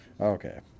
Okay